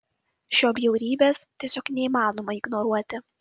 šio bjaurybės tiesiog neįmanoma ignoruoti